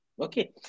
Okay